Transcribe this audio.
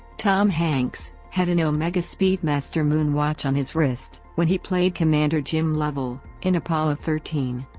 tom hanks had an omega speedmaster moonwatch on his wrist, when he played commander jim lovell in apollo thirteen.